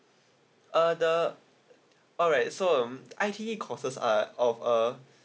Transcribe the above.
uh the alright so um I_T courses are of uh